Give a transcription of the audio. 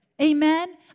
Amen